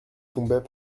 tombait